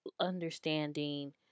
understanding